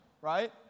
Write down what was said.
right